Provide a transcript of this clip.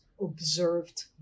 observed